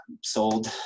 sold